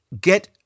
get